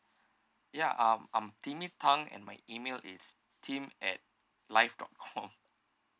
ya um I'm timmy tang and my email is tim at life dot com